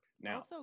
Now